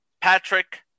Patrick